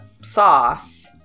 sauce